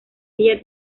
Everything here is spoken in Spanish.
ella